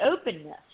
openness